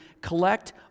collect